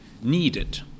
needed